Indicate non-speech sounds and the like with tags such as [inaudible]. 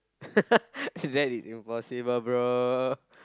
[laughs] that is impossible bro